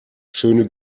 schöne